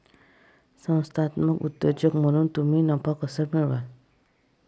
संस्थात्मक उद्योजक म्हणून तुम्ही नफा कसा मिळवाल?